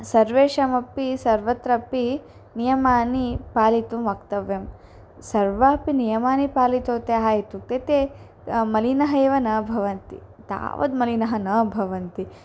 सर्वेषामपि सर्वत्रापि नियमानि पालयितुं वक्तव्यं सर्वान्यपि नियमान् पालितवत्यः इत्युक्ते ते मलिनः एव न भवन्ति तावद् मलिनः न भवन्ति